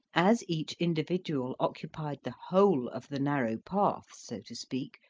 as each individual occupied the whole of the narrow path, so to speak,